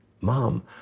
Mom